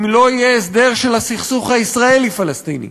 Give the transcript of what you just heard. אם לא יהיה הסדר של הסכסוך הישראלי פלסטיני,